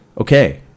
okay